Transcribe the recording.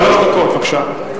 שלוש דקות, בבקשה.